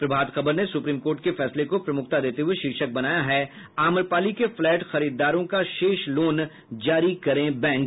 प्रभात Khabar supreme court के फैसले को प्रमुखता देते हुए शीर्षक बनाया है आम्रपाली के फ्लैट खरीददारों का शेष लोन जारी करे बैंक